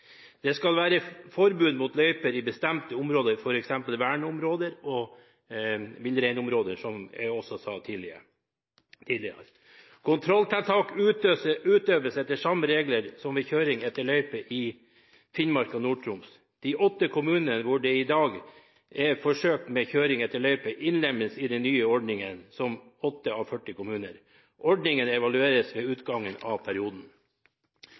Det skal være forbud mot løyper i bestemte områder, f.eks. verneområder – og villreinområder, som jeg også sa tidligere. Kontrolltiltak utøves etter samme regler som ved kjøring etter løype i Finnmark og Nord-Troms. De åtte kommunene hvor det i dag er forsøk med kjøring etter løype, innlemmes i den nye ordningen som 8 av 40 kommuner. Ordningen evalueres ved utgangen av perioden.